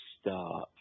start